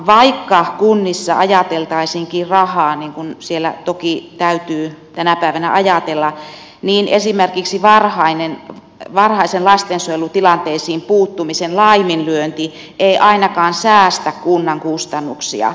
vaikka kunnissa ajateltaisiinkin rahaa niin kuin siellä toki täytyy tänä päivänä ajatella niin esimerkiksi varhaisen lastensuojelutilanteisiin puuttumisen laiminlyönti ei ainakaan säästä kunnan kustannuksia